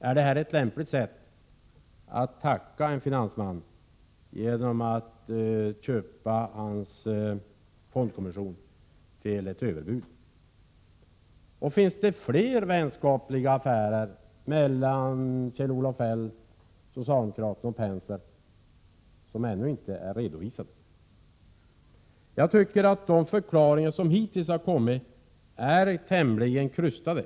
Är detta ett lämpligt sätt att tacka en finansman: att köpa hans fondkommission till ett överpris? Finns det fler vänskapliga affärer mellan Kjell-Olof Feldt och socialdemokraterna å ena sidan och Erik Penser å andra sidan, affärer som ännu inte är redovisade? Jag tycker att de förklaringar som hittills har getts är tämligen krystade.